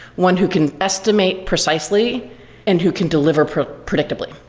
one who can estimate precisely and who can deliver predictably,